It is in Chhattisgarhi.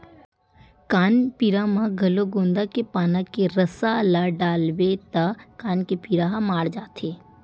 कान पीरा म घलो गोंदा के पाना के रसा ल डालबे त कान के पीरा ह माड़ जाथे